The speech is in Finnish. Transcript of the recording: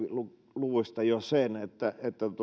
luvuista jo sen että